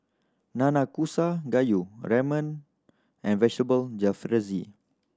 Nanakusa Gayu Ramen and Vegetable Jalfrezi